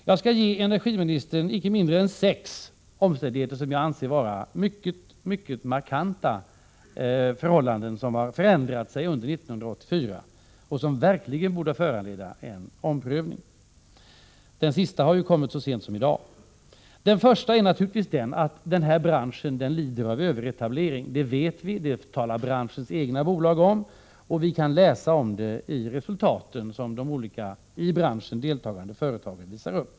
Jag skall för energiministern ange icke mindre än sex eller sju omständigheter som jag anser visar att förhållandena har förändrats mycket markant under 1984, något som verkligen borde föranleda en omprövning. En av omständigheterna har tillkommit så sent som i dag. Den första omständigheten är naturligtvis den att denna bransch lider av överetablering. Det vet vi, det talar branschens egna bolag om, och vi kan läsa om detta i de resultat som de olika i branschen deltagande företagen visar upp.